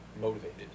motivated